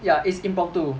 ya it's impromptu